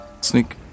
Sneak